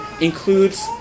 includes